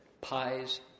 pies